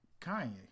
Kanye